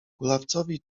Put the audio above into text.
kulawcowi